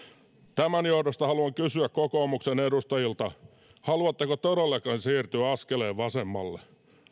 tämän johdosta haluan kysyä kokoomuksen edustajilta haluatteko todellakin siirtyä askeleen vasemmalle